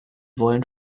wollen